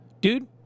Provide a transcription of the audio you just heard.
dude